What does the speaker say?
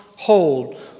Hold